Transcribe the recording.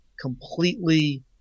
completely